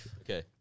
Okay